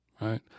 right